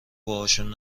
باهاشون